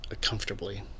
comfortably